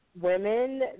Women